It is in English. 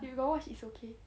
you got watch it's okay